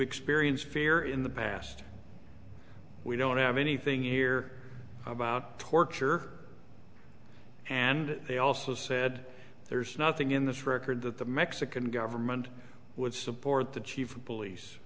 experience fear in the past we don't have anything here about torture and they also said there's nothing in this record that the mexican government would support the chief of police